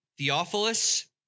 Theophilus